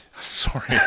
Sorry